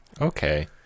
Okay